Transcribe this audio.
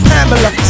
Pamela